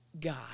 God